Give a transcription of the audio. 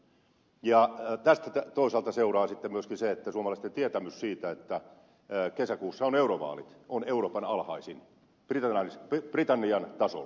ja tästä toisaalta seuraa sitten myöskin se että suomalaisten tietämys siitä että kesäkuussa on eurovaalit on euroopan alhaisin britannian tasolla